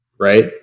right